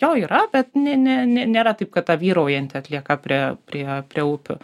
jo yra bet ne ne ne nėra taip kad ta vyraujanti atlieka prie prie prie upių